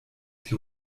die